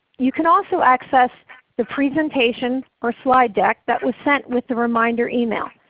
you can also access the presentation or slide deck that was sent with the reminder email.